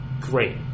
great